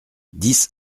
dix